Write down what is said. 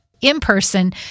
in-person